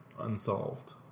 unsolved